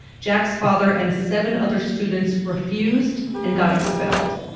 jack's father and seven other students refused and got expelled.